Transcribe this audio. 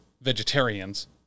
vegetarians